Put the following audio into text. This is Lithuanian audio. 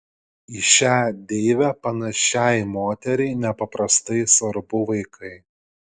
į šią deivę panašiai moteriai nepaprastai svarbu vaikai